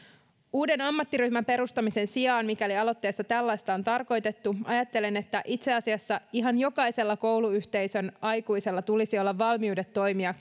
uuden ammattiryhmän perustamisen sijaan mikäli aloitteessa tällaista on tarkoitettu ajattelen että itse asiassa ihan jokaisella kouluyhteisön aikuisella tulisi olla valmiudet toimia